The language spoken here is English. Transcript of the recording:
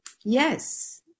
Yes